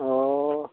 अ